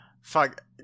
fuck